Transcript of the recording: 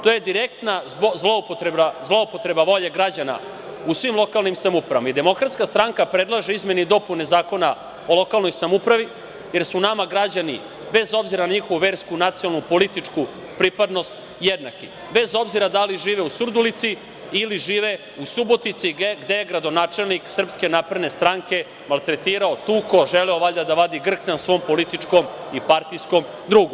To je direktna zloupotreba volje građana u svim lokanim samoupravama i DS predlaže izmene i dopune Zakona o lokalnoj samoupravi jer su nama građani bez obzira na njihovu versku, nacionalnu, političku pripadnost jednaki, bez obzira da li žive u Surdulici ili žive u Subotici, gde je gradonačelnik SNS maltretirao, tukao, želeo valjda da vadi grkljan svom političkom i partijskom drugu.